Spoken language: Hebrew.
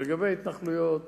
לגבי ההתנחלויות,